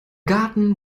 garten